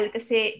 Kasi